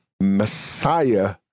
Messiah